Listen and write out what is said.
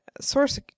Source